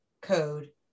code